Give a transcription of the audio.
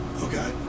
Okay